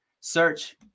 search